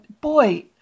boy